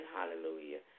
Hallelujah